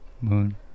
Moon